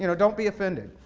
you know don't be offended.